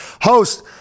host